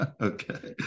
Okay